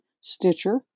Stitcher